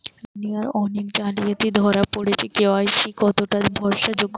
দুনিয়ায় অনেক জালিয়াতি ধরা পরেছে কে.ওয়াই.সি কতোটা ভরসা যোগ্য?